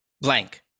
blank